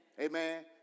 Amen